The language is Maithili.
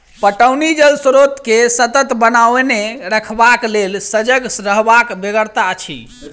पटौनी जल स्रोत के सतत बनओने रखबाक लेल सजग रहबाक बेगरता अछि